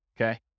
Okay